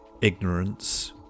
ignorance